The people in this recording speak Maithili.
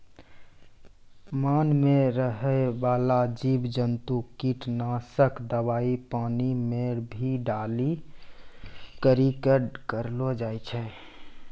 मान मे रहै बाला जिव जन्तु किट नाशक दवाई पानी मे भी डाली करी के करलो जाय छै